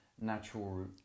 natural